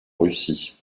russie